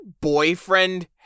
boyfriend